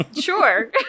sure